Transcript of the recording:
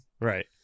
Right